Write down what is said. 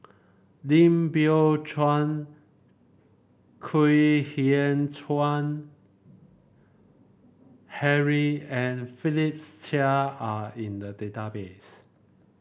Lim Biow Chuan Kwek Hian Chuan Henry and Philip Chia are in the database